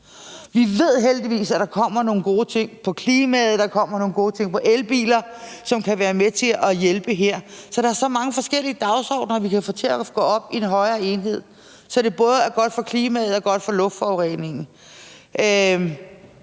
Vi ved heldigvis, at der kommer nogle gode ting i forhold til klimaet, at der kommer nogle gode ting i forhold til elbiler, som kan være med til at hjælpe her. Så der er så mange forskellige dagsordener, vi skal have til at gå op i en højere enhed, så det både er godt for klimaet og godt i forhold til luftforureningen.